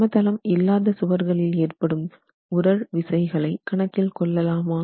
சமதளம் இல்லாத சுவர்களில் ஏற்படும் உறழ் விசைகளை கணக்கில் கொள்ளலாமா